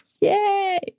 Yay